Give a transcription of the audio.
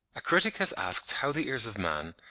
a critic has asked how the ears of man,